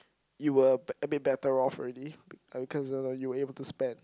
it will I mean better off already because you know you were able to spend